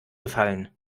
gefallen